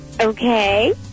Okay